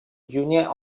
junior